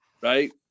right